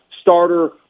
starter